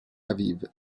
aviv